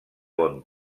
bon